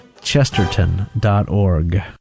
Chesterton.org